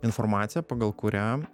informaciją pagal kurią